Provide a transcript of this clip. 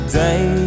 day